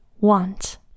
want